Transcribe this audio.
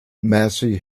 massey